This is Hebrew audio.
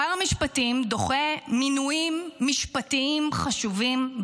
שר המשפטים דוחה מינויים משפטיים חשובים,